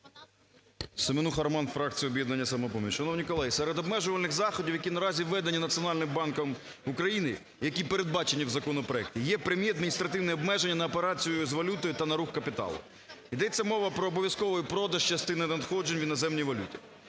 Семенуха Роман, фракція "Об'єднання "Самопоміч". Шановні колеги, серед обмежувальних заходів, які наразі введені Національним банком України, які передбачені в законопроекті, є прямі адміністративні обмеження на операцію з валютою та на рух капіталу. Йдеться мова про обов'язковий продаж частини надходжень в іноземній валюті.